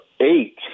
eight